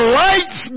lights